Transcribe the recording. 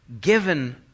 given